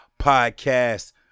podcast